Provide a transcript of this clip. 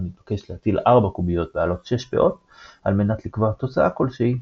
מתבקש להטיל ארבע קוביות בעלות 6 פאות על מנת לקבוע תוצאה כלשהי,